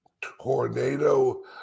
tornado